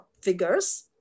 figures